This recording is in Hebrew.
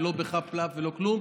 ולא בחאפ-לאפ ולא כלום.